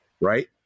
Right